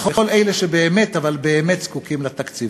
לכל אלה שבאמת אבל באמת זקוקים לתקציבים.